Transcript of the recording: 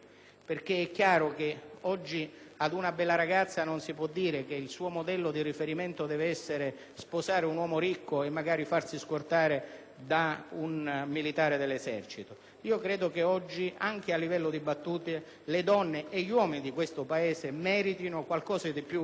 ridere. È chiaro infatti che ad una bella ragazza non si può dire che il suo modello di riferimento deve essere sposare un uomo ricco e magari farsi scortare da un militare dell'esercito. A mio avviso, oggi, anche per quanto riguarda le battute, le donne e gli uomini di questo Paese meritano qualcosa di più e